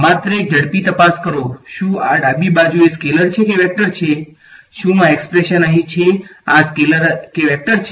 માત્ર એક ઝડપી તપાસ કરો શુ આ ડાબી બાજુ એ સ્કેલર છે કે વેક્ટર છે શું આ એક્સ્પ્રેશન અહીં છે આ સ્કેલર અથવા વેક્ટર છે